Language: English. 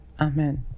Amen